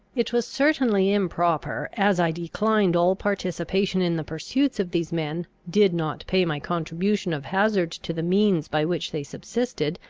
it was certainly improper, as i declined all participation in the pursuits of these men, did not pay my contribution of hazard to the means by which they subsisted,